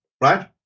right